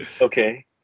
Okay